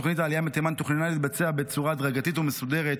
תוכנית העלייה מתימן תוכננה להתבצע בצורה הדרגתית ומסודרת,